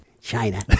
China